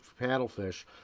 paddlefish